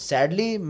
Sadly